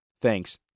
Thanks